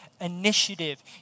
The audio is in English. initiative